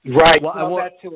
right